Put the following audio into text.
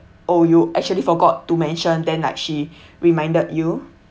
oh you actually forgot to mention then like she reminded you